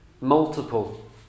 multiple